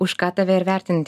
už ką tave ir vertint